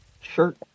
shirt